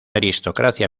aristocracia